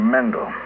Mendel